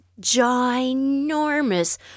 ginormous